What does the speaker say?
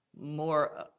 more